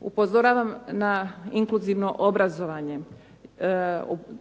Upozoravam na inkluzivno obrazovanje.